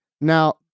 Now